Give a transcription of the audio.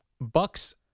Bucks